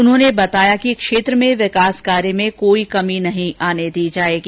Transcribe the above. उन्होंने बताया कि क्षेत्र में विकास कार्य में कोई कमी नहीं आने दी जाएगी